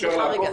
סליחה רגע.